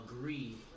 agree